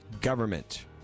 government